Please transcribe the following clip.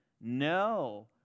No